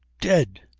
dead!